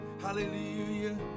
Hallelujah